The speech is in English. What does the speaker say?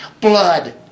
Blood